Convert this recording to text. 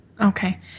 Okay